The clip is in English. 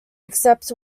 except